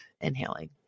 inhaling